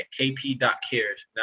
kp.cares